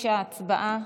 59. הצבעה.